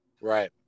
Right